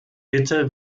bitte